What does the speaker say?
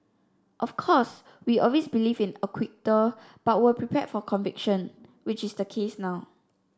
of course we always believed in acquittal but were prepared for conviction which is the case now